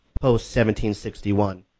post-1761